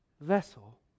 vessel